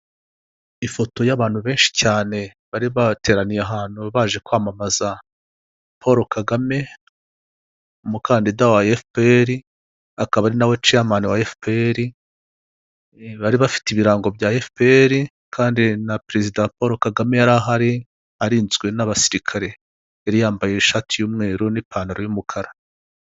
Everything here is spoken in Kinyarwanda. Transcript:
Ifoto y'abantu benshi cyane bari bateraniye ahantu baje kwamamaza Paul Kagame umukandida wa FPR akaba ari nawe chairman wa FPR, bari bafite ibirango bya FPR kandi na perezida Paul Kagame yari ahari arinzwe n'abasirikare, yari yambaye ishati y'umweru n'ipantaro y'umukara.